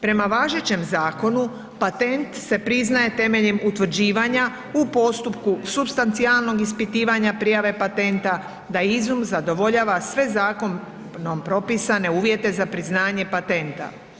Prema važećem zakonu patent se priznaje temeljem utvrđivanja u postupku supstancijalnog ispitivanja prijave patenta da izum zadovoljava sve zakonom propisane uvjete za priznanje patenta.